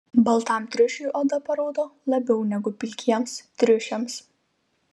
baltam triušiui oda paraudo labiau negu pilkiems triušiams